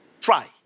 Try